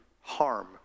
harm